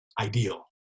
ideal